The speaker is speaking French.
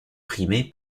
primé